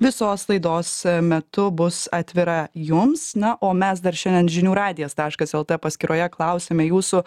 visos laidos metu bus atvira jums na o mes dar šiandien žinių radijas taškas lt paskyroje klausiame jūsų